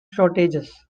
shortages